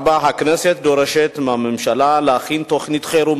4. הכנסת דורשת מהממשלה להכין תוכנית חירום